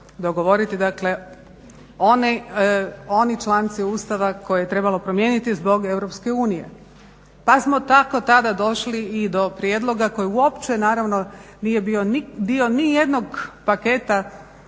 dogovoriti, dakle oni članici Ustava koje je trebalo promijeniti zbog EU. Pa smo tako tada došli i do prijedlog koji uopće nije bio dio nijednog paketa